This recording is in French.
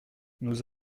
nous